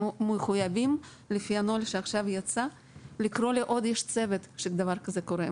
הם מחויבים לפי הנוהל שעכשיו יצא לקרוא לעוד איש צוות כשדבר כזה קורה,